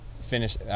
finish